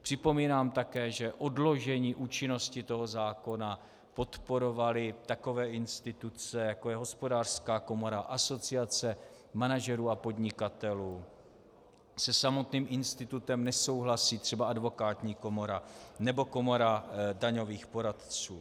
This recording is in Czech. Připomínám také, že odložení účinnosti zákona podporovaly takové instituce, jako je Hospodářská komora, Asociace manažerů a podnikatelů, se samotným institutem nesouhlasí třeba Advokátní komora, Komora daňových poradců.